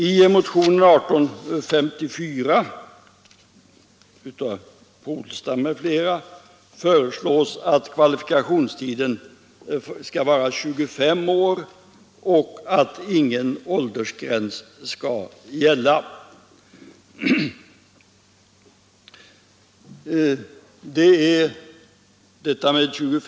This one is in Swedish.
I motionen 1854 av herr Polstam m.fl. föreslås att kvalifikationstiden skall vara 25 år och att ingen åldersgräns skall förekomma.